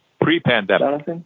Pre-pandemic